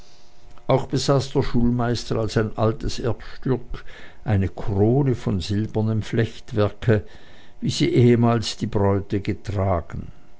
auch besaß der schulmeister als ein altes erbstück eine krone von silbernem flechtwerke wie sie ehemals die bräute getragen